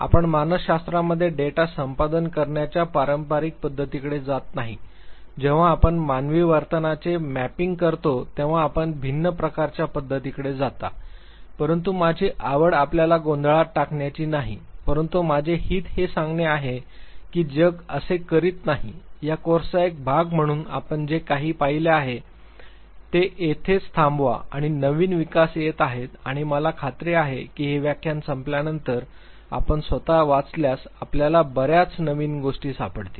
आपण मानसशास्त्रामध्ये डेटा संपादन करण्याच्या पारंपारिक पध्दतीकडे जात नाही जेव्हा आपण मानवी वर्तनाचे मॅपिंग करता तेव्हा आपण भिन्न प्रकारच्या पध्दतीकडे जाता परंतु माझी आवड आपल्याला गोंधळात टाकण्याची नाही परंतु माझे हित हे सांगणे आहे की जग असे करीत नाही या कोर्सचा एक भाग म्हणून आपण जे काही पाहिले आहे ते येथेच थांबवा आणि नवीन विकास येत आहेत आणि मला खात्री आहे की हे व्याख्यान संपल्यानंतर आणि आपण स्वतः वाचल्यास आपल्याला बर्याच नवीन गोष्टी सापडतील